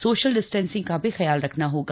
social distancing का भी ख्याल रखना होगा